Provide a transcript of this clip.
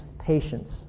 patience